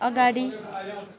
अगाडि